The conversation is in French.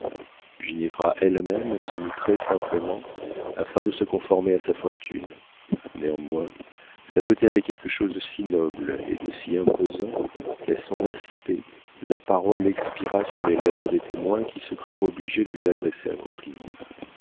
ginevra elle-même se mit très-simplement afin de se conformer à sa fortune néanmoins sa beauté avait quelque chose de si noble et de si imposant qu'à son aspect la parole expira sur les lèvres des témoins qui se crurent obligés de lui adresser un compliment